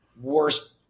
worst